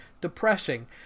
depressing